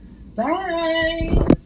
bye